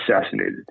assassinated